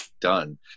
done